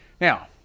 now